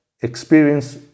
experience